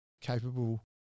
capable